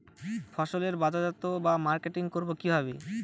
ফসলের বাজারজাত বা মার্কেটিং করব কিভাবে?